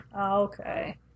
Okay